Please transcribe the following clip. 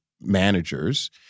managers